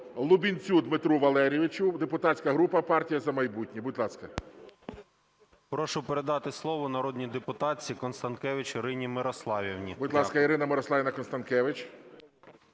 Лубінцю Дмитру Валерійовичу, депутатська група "Партія "За майбутнє". Будь ласка. 16:20:27 ЛУБІНЕЦЬ Д.В. Прошу передати слово народній депутатці Констанкевич Ірині Мирославівні. ГОЛОВУЮЧИЙ. Будь ласка, Ірина Мирославівна Констанкевич.